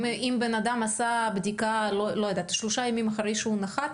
אם בן אדם עשה בדיקה למשל שלושה ימים אחרי שהוא נחת,